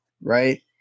right